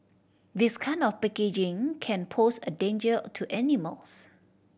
this kind of packaging can pose a danger to animals